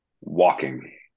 Walking